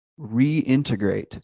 reintegrate